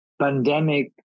pandemic